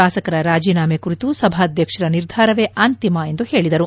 ಶಾಸಕರ ರಾಜೀನಾಮೆ ಕುರಿತು ಸಭಾಧ್ಯಕ್ಷರ ನಿರ್ಧಾರವೇ ಅಂತಿಮ ಎಂದು ಹೇಳಿದರು